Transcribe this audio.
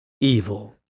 evil